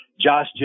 Josh